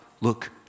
look